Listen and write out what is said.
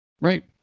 Right